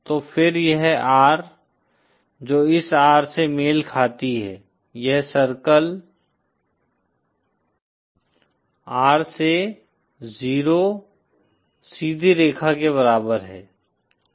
तो फिर यह R जो इस R से मेल खाती है यह सर्कल R से 0 सीधी रेखा के बराबर है